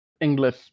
English